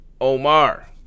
Omar